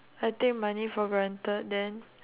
I take money for granted then